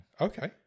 Okay